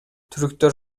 түрктөр